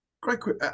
Great